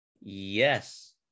yes